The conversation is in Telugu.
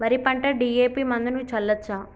వరి పంట డి.ఎ.పి మందును చల్లచ్చా?